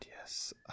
yes